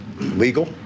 legal